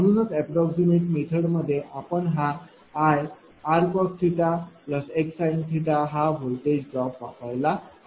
म्हणूनच approximate method मध्ये आपण हा Ir cos x sin असा व्होल्टेज ड्रॉप वापरला आहे